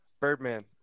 Birdman